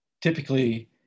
Typically